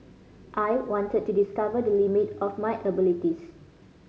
I wanted to discover the limit of my abilities